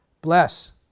bless